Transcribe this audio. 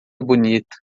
bonita